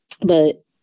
But-